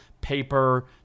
paper